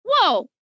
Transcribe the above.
Whoa